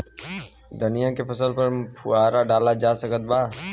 धनिया के फसल पर फुहारा डाला जा सकत बा?